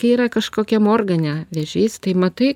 kai yra kažkokiam organe vėžys tai matai